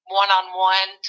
one-on-one